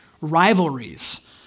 Rivalries